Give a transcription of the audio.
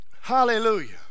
Hallelujah